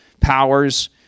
powers